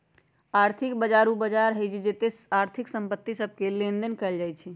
आर्थिक बजार उ बजार होइ छइ जेत्ते आर्थिक संपत्ति सभके लेनदेन कएल जाइ छइ